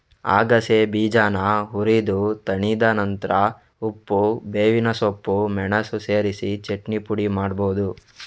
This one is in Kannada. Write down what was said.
ಅಗಸೆ ಬೀಜಾನ ಹುರಿದು ತಣಿದ ನಂತ್ರ ಉಪ್ಪು, ಬೇವಿನ ಸೊಪ್ಪು, ಮೆಣಸು ಸೇರಿಸಿ ಚಟ್ನಿ ಪುಡಿ ಮಾಡ್ಬಹುದು